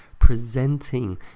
Presenting